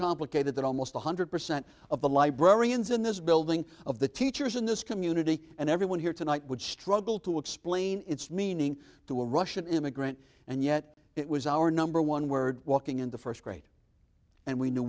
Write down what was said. complicated that almost one hundred percent of the librarians in this building of the teachers in this community and everyone here tonight would struggle to explain its meaning to a russian immigrant and yet it was our number one word walking in the first grade and we knew